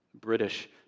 British